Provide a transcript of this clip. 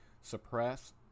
suppress